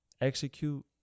execute